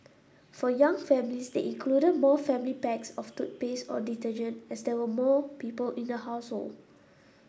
for young families they included more family packs of toothpaste or detergent as there were more people in the household